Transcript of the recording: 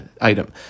item